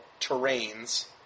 terrains